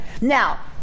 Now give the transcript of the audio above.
Now